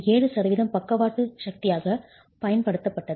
7 சதவீதம் பக்கவாட்டு லேட்ரல் சக்தியாகப் பயன்படுத்தப்பட்டது